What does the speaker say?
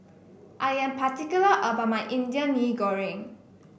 I am particular about my Indian Mee Goreng